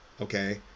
okay